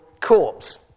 corpse